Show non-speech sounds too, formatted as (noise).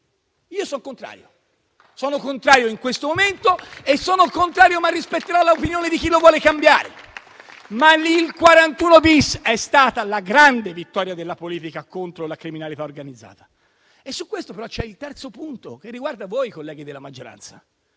Io sono contrario. (applause) Sono contrario in questo momento, ma rispetterò l'opinione di chi vuole cambiarlo. Il 41-*bis* è stata la grande vittoria della politica contro la criminalità organizzata. Su questo c'è il terzo punto, che riguarda voi, colleghi della maggioranza.